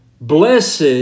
Blessed